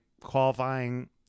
qualifying